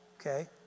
Okay